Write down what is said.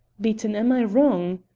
beaton, am i wrong?